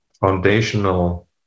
foundational